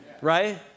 right